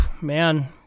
Man